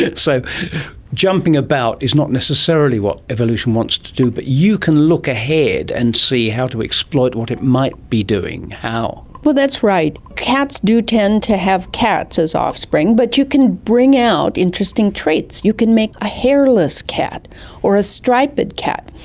so jumping about is not necessarily what evolution wants to do, but you can look ahead and see how to exploit what it might be doing. how? that's right. cats do tend to have cats as offspring, but you can bring out interesting traits, you can make a hairless cat or a striped cat.